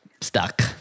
stuck